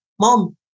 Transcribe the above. mom